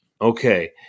Okay